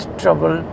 trouble